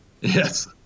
yes